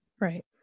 Right